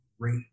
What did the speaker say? great